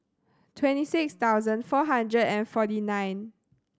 twenty six thousand four hundred and forty nine